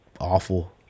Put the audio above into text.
awful